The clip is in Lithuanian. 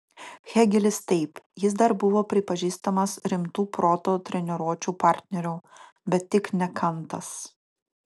hėgelis taip jis dar buvo pripažįstamas rimtu proto treniruočių partneriu bet tik ne kantas